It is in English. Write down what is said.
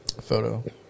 Photo